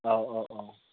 औ औ औ